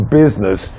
business